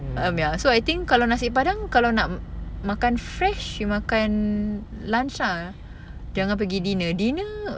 um ya so I think kalau nasi padang kalau nak makan fresh you makan lunch lah jangan pergi dinner dinner